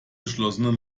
geschlossenen